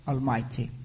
Almighty